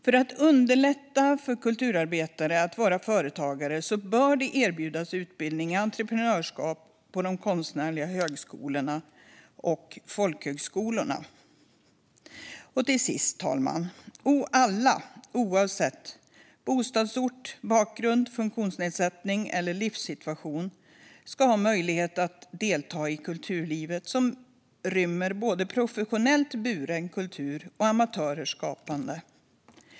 För att underlätta för kulturarbetare att vara företagare bör det erbjudas utbildning i entreprenörskap på de konstnärliga högskolorna och folkhögskolorna. Till sist, fru talman, ska alla, oavsett bostadsort, bakgrund, funktionsnedsättning eller livssituation, ha möjlighet att delta i kulturlivet, som rymmer både professionellt buren kultur och amatörers skapande.